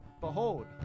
Behold